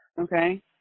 Okay